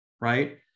right